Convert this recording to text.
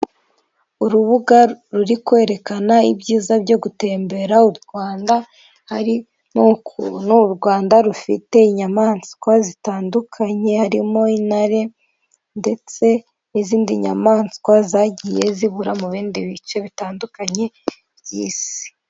Urubuga ruri kwerekana ibyiza byo gutembera u Rwanda, hari n'ukuntu u Rwanda rufite inyamaswa zitandukanye, harimo intare ndetse n'izindi nyamaswa zagiye zibura mu bindi bice bitandukanye by'isi.